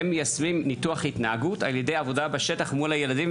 הן מיישמות ניתוח התנהגות על ידי עבודה בשטח מול הילדים,